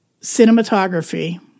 cinematography